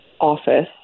office